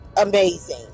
Amazing